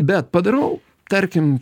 bet padarau tarkim